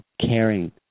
caring